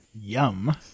Yum